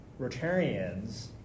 Rotarians